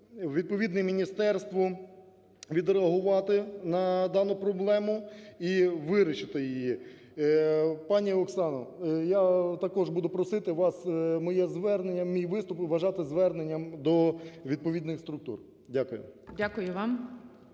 відповідному міністерству відреагувати на дану проблему і вирішити її. Пані Оксано, я також буду просити вас моє звернення, мій виступ вважати зверненням до відповідних структур. Дякую. ГОЛОВУЮЧИЙ.